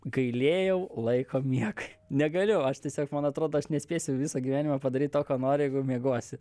gailėjau laiko miegui negaliu aš tiesiog man atrodo aš nespėsiu visą gyvenimą padaryt to ko noriu jeigu miegosiu